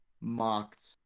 mocked